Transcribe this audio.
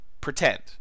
pretend